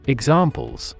Examples